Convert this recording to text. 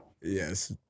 yes